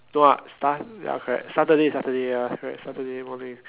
no ah sat~ ya correct Saturday Saturday ya correct Saturday morning